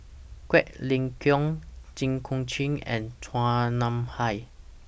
Quek Ling Kiong Jit Koon Ch'ng and Chua Nam Hai